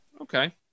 Okay